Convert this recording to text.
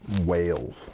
whales